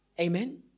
Amen